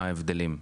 מה ההבדלים?